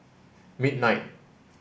midnight